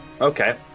okay